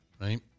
right